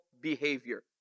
behavior